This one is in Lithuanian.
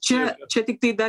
čia čia tiktai dar